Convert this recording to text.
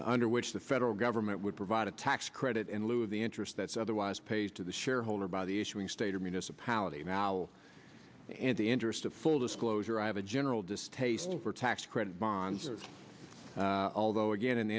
under which the federal government would provide a tax credit in lieu of the interest that's otherwise pays to the shareholder by the issuing state or municipality mao and the interest of full disclosure i have a general distaste for tax credit bonds although again in